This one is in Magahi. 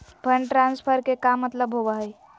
फंड ट्रांसफर के का मतलब होव हई?